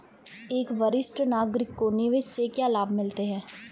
एक वरिष्ठ नागरिक को निवेश से क्या लाभ मिलते हैं?